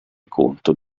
conto